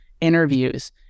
interviews